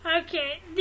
Okay